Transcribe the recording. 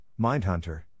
Mindhunter